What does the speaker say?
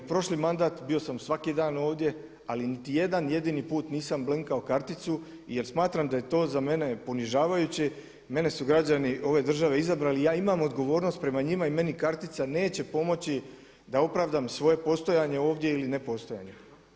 Prošli mandat bio sam svaki dan ovdje ali niti jedan jedini put nisam blinkao karticu jer smatram da je to za mene ponižavajuće, mene su građani ove države izabrali i ja imam odgovornost prema njima i meni kartica neće pomoći da opravdam svoje postojanje ovdje ili ne postojanje.